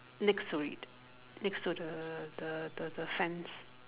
next to it next to the the the the fence